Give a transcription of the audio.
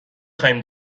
خوایم